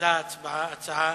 נפלה ההצעה.